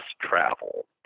travel